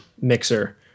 mixer